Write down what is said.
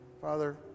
Father